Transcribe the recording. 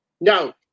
no